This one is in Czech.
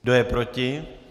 Kdo je proti?